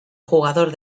jugador